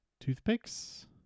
Toothpicks